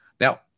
Now